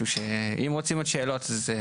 הם עושים גם את התכנון וגם את הביצוע.